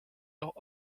leurs